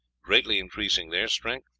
greatly increasing their strength,